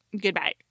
goodbye